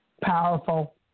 Powerful